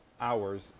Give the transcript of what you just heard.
hours